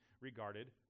regarded